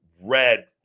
red